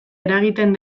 eragiten